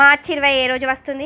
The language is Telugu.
మార్చి ఇరవై ఏ రోజు వస్తోంది